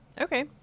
Okay